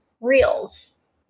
Reels